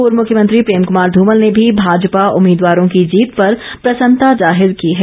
पूर्व मुख्यमंत्री प्रेम कुमार धूमल ने भी भाजपा उम्मीदवारों की जीत पर प्रसन्नता जाहिर की है